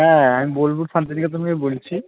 হ্যাঁ আমি বোলপুর শান্তিনিকেতন থেকে বলছি